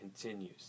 continues